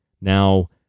Now